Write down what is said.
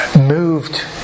moved